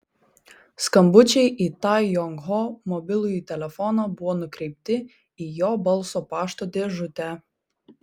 skambučiai į tai jong ho mobilųjį telefoną buvo nukreipti į jo balso pašto dėžutę